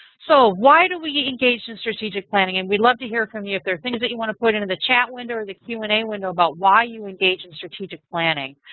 so why do we engage in strategic planning? and we'd love to hear from you if there are things that you want to put into the chat window or the q and a window about why you engage in strategic planning.